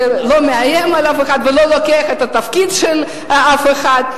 לא מאיים על אף אחד ולא לוקח את התפקיד של אף אחד,